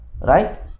Right